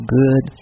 good